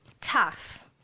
tough